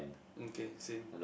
um K same